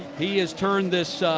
he has turned this